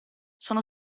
sono